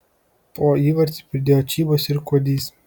po įvartį pridėjo čybas ir kuodys